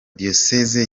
diyoseze